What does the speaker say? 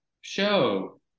show